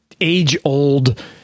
age-old